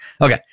Okay